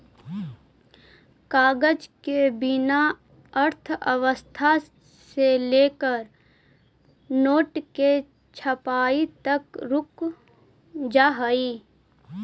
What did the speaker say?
कागज के बिना अर्थव्यवस्था से लेकर नोट के छपाई तक रुक जा हई